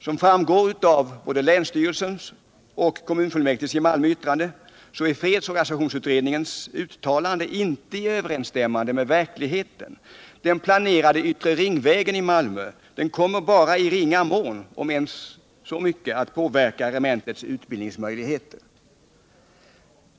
Som framgår av länsstyrelsens och kommunfullmäktiges i Malmö yttrande är fredsorganisationsutredningens uttalande inte i överensstämmelse med de verkliga förhållandena. Den planerade yttre ringvägen i Malmö kommer bara i ringa mån — om ens så mycket — att påverka regementets utbildningsmöjligheter.